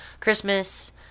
Christmas